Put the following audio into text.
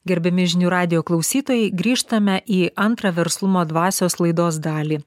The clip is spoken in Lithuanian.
gerbiami žinių radijo klausytojai grįžtame į antrą verslumo dvasios laidos dalį